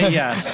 yes